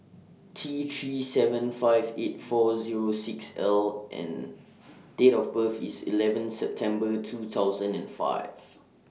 T three seven five eight four Zero six L and Date of birth IS eleven September two thousand and five